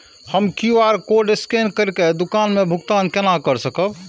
हम QR code scan करके दुकान में भुगतान केना कर सकब?